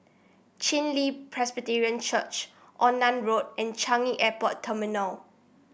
Chen Li Presbyterian Church Onan Road and Changi Airport Terminal